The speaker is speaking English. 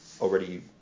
already